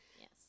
Yes